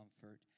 comfort